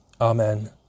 Amen